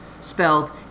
spelled